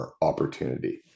opportunity